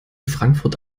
frankfurt